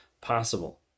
possible